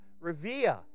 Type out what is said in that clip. revere